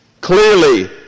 Clearly